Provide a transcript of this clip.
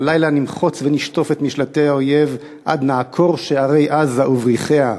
הלילה נמחץ ונשטוף את משלטי האויב עד נעקור שערי עזה ובריחיה.